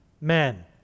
men